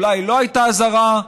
אולי לא הייתה אזהרה,